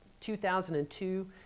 2002